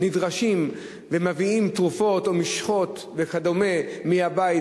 נדרשים ומביאים תרופות או משחות וכדומה מהבית,